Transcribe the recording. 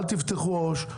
אל תפתחו עו"ש,